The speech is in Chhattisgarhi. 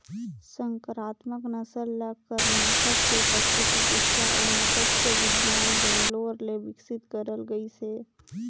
संकरामक नसल ल करनाटक के पसु चिकित्सा अउ मत्स्य बिग्यान बैंगलोर ले बिकसित करल गइसे